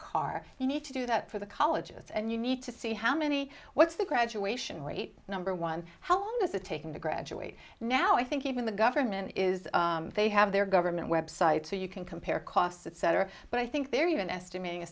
car you need to do that for the colleges and you need to see how many what's the graduation rate number one how long is it taking to graduate now i think even the government is they have their government websites so you can compare costs etc but i think they're even estimating a